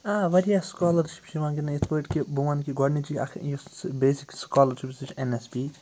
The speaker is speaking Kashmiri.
آ وارِیاہ سُکالَرشِپ چھِ یِوان گِنٛدنہٕ یِتھ پٲٹھۍ کہِ بہٕ وَنہٕ کہِ گۄڈنِچی اَکھ یُس بیٚسِک سُکالرشِپ سُہ چھُ اٮ۪ن ایس پی